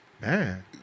Man